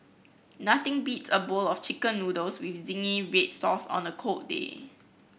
nothing beats a bowl of chicken noodles with zingy red sauce on a cold day